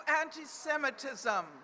anti-Semitism